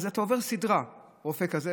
ואתה עובר סדרה: רופא כזה,